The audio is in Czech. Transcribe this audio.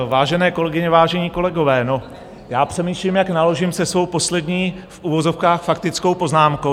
Vážené kolegyně, vážení kolegové, no, já přemýšlím, jak naložím se svou poslední v uvozovkách faktickou poznámkou.